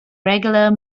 regular